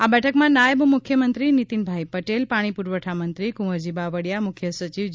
આ બેઠકમાં નાયબ મુખ્યમંત્રીશ્રી નીતીનભાઇ પટેલ પાણી પુરવઠામંત્રી કુંવરજી બાવળિયા મુખ્યસચિવ જે